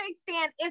stand